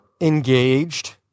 engaged